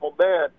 man